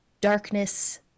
darkness